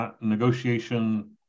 negotiation